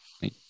hey